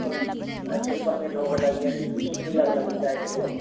अलिक यसो बस्ने ठाउँको लागि अलिकति सुविधाको लागि चाहिएको थियो